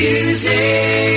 Music